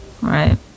right